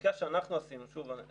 בבדיקה שאנחנו עשינו שוב,